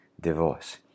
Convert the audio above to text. divorce